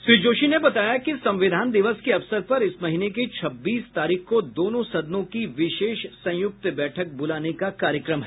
श्री जोशी ने बताया कि संविधान दिवस के अवसर पर इस महीने की छब्बीस तारीख को दोनों सदनों की विशेष संयुक्त बैठक बुलाने का कार्यक्रम है